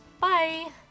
Bye